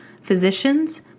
physicians